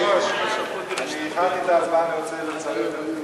הוועדה לזכויות הילד.